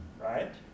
right